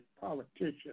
politicians